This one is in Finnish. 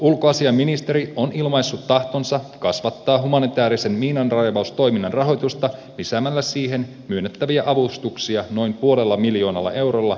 ulkoasiainministeri on ilmaissut tahtonsa kasvattaa humanitäärisen miinanraivaustoiminnan rahoitusta lisäämällä siihen myönnettäviä avustuksia noin puolella miljoonalla eurolla edellisestä vuodesta